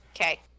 Okay